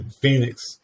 Phoenix